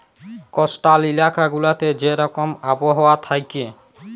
coastal ইলাকা গুলাতে যে রকম আবহাওয়া থ্যাকে